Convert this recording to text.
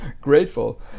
grateful